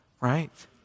Right